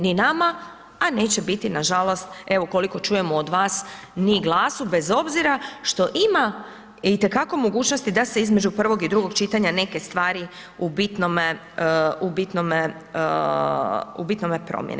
Ni nama, a neće biti nažalost, evo koliko čujemo od vas, ni GLAS-u bez obzira što ima itekako mogućnosti da se između prvog i drugog čitanja neke stvari u bitnome, u bitnome, u bitnome promijene.